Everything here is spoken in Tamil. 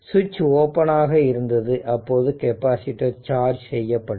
சுவிட்ச் ஓபன் ஆக இருந்தது அப்போது கெப்பாசிட்டர் சார்ஜ் செய்யப்பட்டது